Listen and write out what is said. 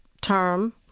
term